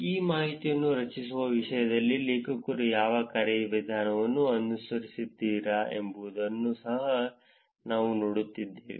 ಈ ಮಾಹಿತಿಯನ್ನು ರಚಿಸುವ ವಿಷಯದಲ್ಲಿ ಲೇಖಕರು ಯಾವ ಕಾರ್ಯವಿಧಾನಗಳನ್ನು ಅನುಸರಿಸಿದ್ದಾರೆ ಎಂಬುದನ್ನು ಸಹ ನಾವು ನೋಡುತ್ತೇವೆ